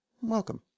Welcome